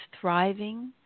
thriving